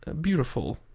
beautiful